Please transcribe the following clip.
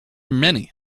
many